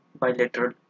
bilateral